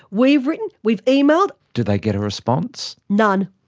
we've written, we've emailed. do they get a response? none.